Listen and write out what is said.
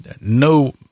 no